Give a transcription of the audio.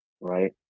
right